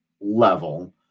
level